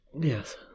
Yes